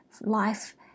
life